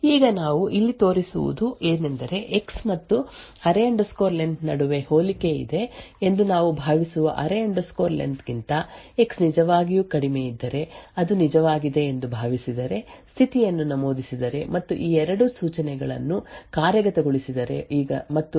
ಈಗ ನಾವು ಇಲ್ಲಿ ತೋರಿಸಿರುವುದು ಏನೆಂದರೆ ಎಕ್ಸ್ ಮತ್ತು ಅರೇ ಲೆನ್ array len ನಡುವೆ ಹೋಲಿಕೆ ಇದೆ ಎಂದು ನಾವು ಭಾವಿಸುವ ಅರೇ ಲೆನ್ array len ಗಿಂತ ಎಕ್ಸ್ ನಿಜವಾಗಿಯೂ ಕಡಿಮೆಯಿದ್ದರೆ ಅದು ನಿಜವಾಗಿದೆ ಎಂದು ಭಾವಿಸಿದರೆ ಸ್ಥಿತಿಯನ್ನು ನಮೂದಿಸಿದರೆ ಮತ್ತು ಈ ಎರಡು ಸೂಚನೆಗಳನ್ನು ಕಾರ್ಯಗತಗೊಳಿಸಿದರೆ ಮತ್ತು ಈಗ ನಾವು ಇದನ್ನು ಊಹಿಸೋಣ